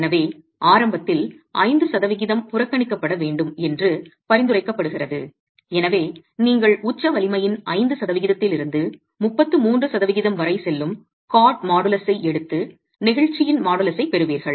எனவே ஆரம்பத்தில் 5 சதவிகிதம் புறக்கணிக்கப்பட வேண்டும் என்று பரிந்துரைக்கப்படுகிறது எனவே நீங்கள் உச்ச வலிமையின் 5 சதவிகிதத்திலிருந்து 33 சதவிகிதம் வரை செல்லும் கார்ட் மாடுலஸை எடுத்து நெகிழ்ச்சியின் மாடுலஸைப் பெறுவீர்கள்